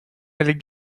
allait